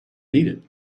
needed